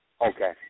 Okay